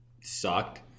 sucked